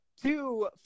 two